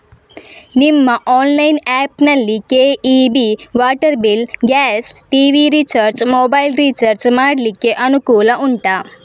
ನಿಮ್ಮ online app ನಲ್ಲಿ KEB, water bill, gas, TV recharge, mobile recharge ಮಾಡ್ಲಿಕ್ಕೆ ಅನುಕೂಲ ಉಂಟಾ